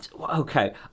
Okay